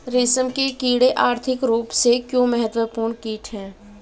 रेशम के कीड़े आर्थिक रूप से क्यों महत्वपूर्ण कीट हैं?